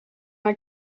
like